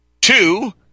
Two